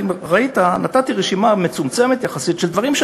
אם ראית, נתתי רשימה מצומצמת יחסית של דברים: